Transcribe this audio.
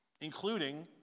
including